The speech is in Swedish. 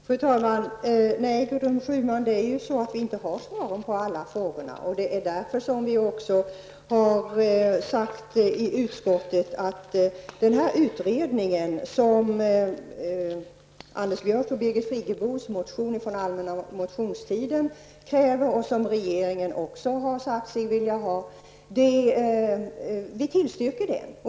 Fru talman! Nej, Gudrun Schyman, vi har inte svar på alla frågor. Och det är därför som vi i utskottet har tillstyrkt den utredning som Anders Björck och Birgit Friggebo har krävt i en motion från allmänna motionstiden och som även regeringen har sagt sig vilja ha.